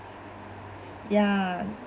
ya